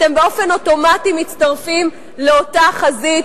אתם באופן אוטומטי מצטרפים לאותה חזית